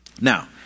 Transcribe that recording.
Now